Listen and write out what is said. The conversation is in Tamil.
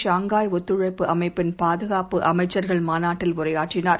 ஷாங்காய்ஒத்துழைப்புஅமைப்பின்பாதுகாப்புஅமைச்சர்கள்மாநாட்டில்உரை யாற்றினார்